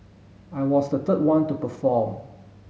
I was the third one to perform